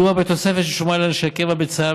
מדובר בתוספת ששולמה לאנשי קבע בצה"ל,